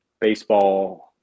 baseball